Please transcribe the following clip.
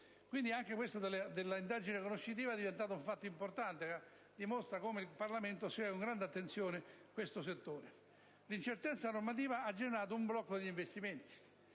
Anche l'indagine conoscitiva diventa dunque un fatto importante, che dimostra come il Parlamento segua con grande attenzione questo settore. L'incertezza normativa ha generato un blocco degli investimenti,